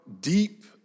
deep